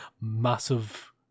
massive